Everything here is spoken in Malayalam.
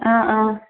ആ ആ